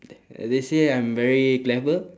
they say I'm very clever